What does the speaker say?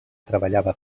treballava